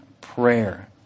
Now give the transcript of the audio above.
prayer